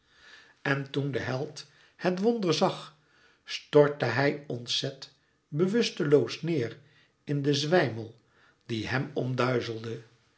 en toen de held het wonder zag stortte hij ontzet bewusteloos neêr in den zwijmel die hem